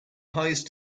highest